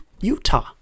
Utah